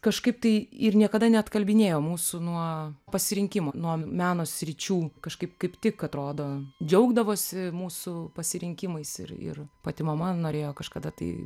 kažkaip tai ir niekada neatkalbinėjo mūsų nuo pasirinkimų nuo meno sričių kažkaip kaip tik atrodo džiaugdavosi mūsų pasirinkimais ir ir pati mama norėjo kažkada tai